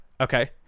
Okay